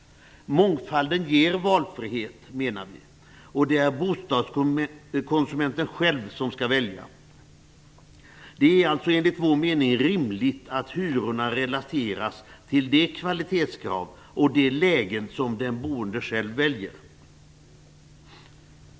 Mångfalden ger valfrihet, menar vi. Det är bostadskonsumenten själv som skall välja. Det är alltså enligt vår mening rimligt att hyrorna relateras till det kvalitetskrav och det läge som den boende själv väljer.